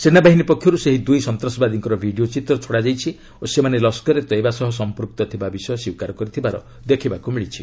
ସେନାବାହିନୀ ପକ୍ଷରୁ ସେହି ଦୁଇ ସନ୍ତାସବାଦୀଙ୍କର ଭିଡ଼ିଓ ଚିତ୍ର ଛଡ଼ା ଯାଇଛି ଓ ସେମାନେ ଲସ୍କରେ ତଏବା ସହ ସମ୍ପୁକ୍ତ ଥିବା ବିଷୟ ସ୍ୱୀକାର କରିଥିବାର ଦେଖିବାକୁ ମିଳିଛି